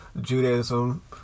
Judaism